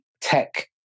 tech